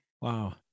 Wow